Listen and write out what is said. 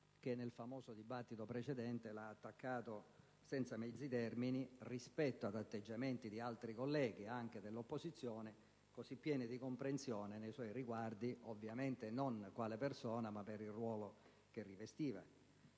che nel famoso dibattito precedente l'ha attaccata senza mezzi termini, rispetto ad atteggiamenti di altri colleghi, anche dell'opposizione, così pieni di comprensione nei suoi riguardi; ovviamente, non quale persona, ma per il ruolo che rivestiva